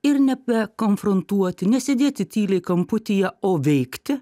ir nebe konfrontuoti nesėdėti tyliai kamputyje o veikti